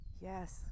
yes